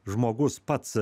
žmogus pats